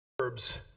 ...herbs